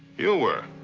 you were.